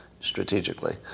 strategically